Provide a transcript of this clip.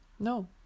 No